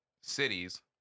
cities